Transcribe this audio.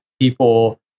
people